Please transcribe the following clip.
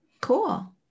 Cool